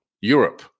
Europe